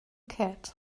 cat